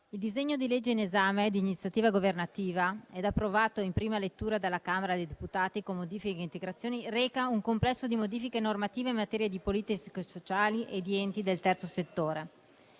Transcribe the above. il disegno di legge in esame, d'iniziativa governativa e approvato in prima lettura dalla Camera dei deputati con modifiche e integrazioni, reca un complesso di modifiche normative in materia di politiche sociali e di enti del Terzo settore.